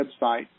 website